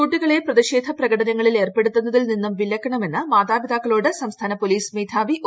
കുട്ടികളെ പ്രതിഷേധ പ്രകടനങ്ങളിൽ ഏർപ്പെടുന്നതിൽ നിന്നും വിലക്കണമെന്ന് മാതാപിതാക്കളോട് സംസ്ഥാന പോലീസ് മേധാവി ഒ